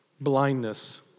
blindness